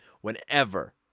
whenever